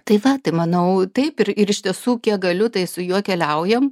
tai va tai manau taip ir ir iš tiesų kiek galiu tai su juo keliaujam